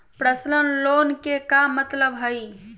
Personal loan के का मतलब हई?